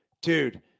Dude